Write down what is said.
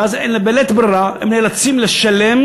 ואז, בלית ברירה, הם נאלצים לשלם